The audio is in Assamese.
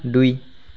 দুই